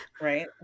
Right